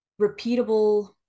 repeatable